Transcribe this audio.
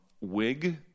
wig